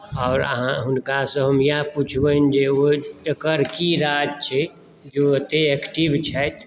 आओर अहाँ हुनकासँ हम इएह पुछबनि जे ओ एकर की राज छै जे ओ एतेक एक्टिव छथि